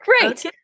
Great